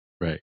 Right